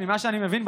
ממה שאני מבין,